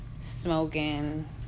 smoking